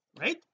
right